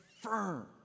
firm